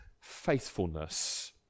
faithfulness